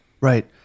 Right